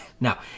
Now